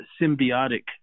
symbiotic